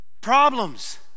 Problems